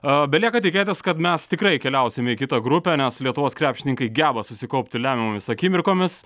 a belieka tikėtis kad mes tikrai keliausime į kitą grupę nes lietuvos krepšininkai geba susikaupti lemiamomis akimirkomis